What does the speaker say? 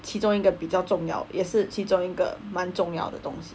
其中一个比较重要也是其中一个蛮重要的东西